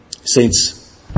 Saints